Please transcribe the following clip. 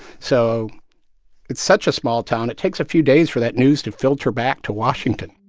so it's such a small town, it takes a few days for that news to filter back to washington